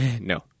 no